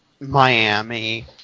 Miami